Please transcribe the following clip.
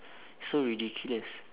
so ridiculous